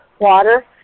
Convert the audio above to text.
water